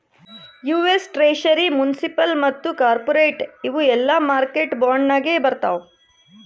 US treasury, municipal ಮತ್ತ corporate ಇವು ಎಲ್ಲಾ ಮಾರ್ಕೆಟ್ ಬಾಂಡ್ ನಾಗೆ ಬರ್ತಾವ್